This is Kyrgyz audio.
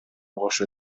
кошо